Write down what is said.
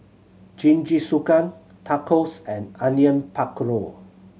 Jingisukan Tacos and Onion Pakora